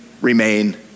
remain